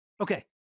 Okay